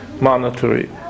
monetary